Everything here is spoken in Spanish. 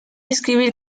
escribir